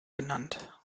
genannt